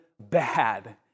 bad